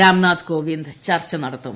രാംനാഥ് കോവിന്ദ് ചർച്ച നടത്തും